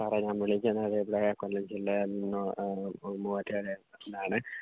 സാറേ ഞാൻ വിളിക്കുന്നത് ഇവിടെ കൊല്ലം ജില്ലയിൽനിന്ന് മൂവാറ്റുപുഴയിൽനിന്നാണെ